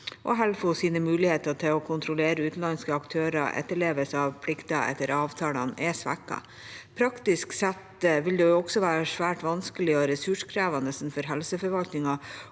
og Helfos muligheter til å kontrollere utenlandske aktørers etterlevelse av plikter etter avtalene er svekket. Praktisk sett ville det også vært svært vanskelig og ressurskrevende for helseforvaltningen